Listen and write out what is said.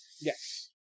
Yes